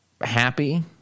happy